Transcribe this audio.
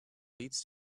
leads